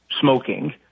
smoking